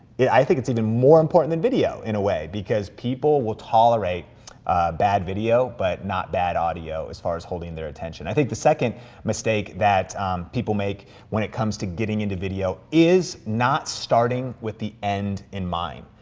i think it's even more important than video, in a way, because people will tolerate bad video, but not bad audio, as far as holding their attention. i think the second mistake that people make when it comes to getting into video is not starting with the end in mind.